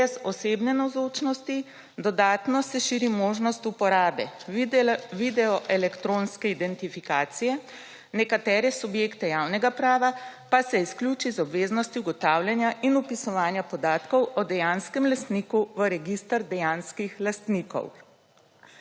brez osebne navzočnosti, dodatno se širi možnost uporabe videoelektronske identifikacije, nekatere subjekte javnega prava pa se izključi iz obveznosti ugotavljanja in vpisovanja podatkov o dejanskem lastniku v register dejanskih lastnikov.